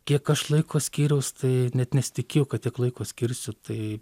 kiek aš laiko skyriau tai net nesitikėjau kad tiek laiko skirsiu tai